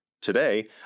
Today